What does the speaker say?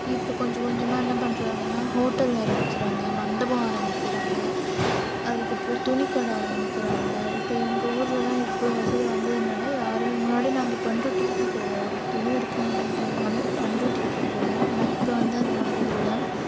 இப்போ கொஞ்சம் கொஞ்சமாக என்ன பண்ணுறாங்கன்னா ஹோட்டல் ஆரமிக்கிறாங்க மண்டபம் ஆரமிக்கிறாங்க அதுக்கப்புறம் துணிக்கடை ஆரமிக்கிறாங்க இப்போ எங்கூரில் தான் இவ்வளோ வசதி வந்ததுனால் யாருமே முன்னாடி நாங்கள் பண்ருட்டிக்குதான் போவோம் ஒரு துணி எடுக்கணும் அப்படின்றனாலே பண்ருட்டிக்கு தான் போவோம் ஆனால் இப்போ வந்து அந்தமாதிரி இல்லை